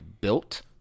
built